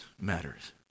matters